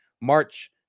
March